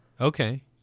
okay